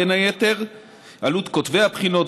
ובין היתר עלות כותבי הבחינות,